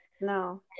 no